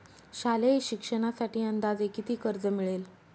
शालेय शिक्षणासाठी अंदाजे किती कर्ज मिळेल?